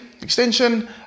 extension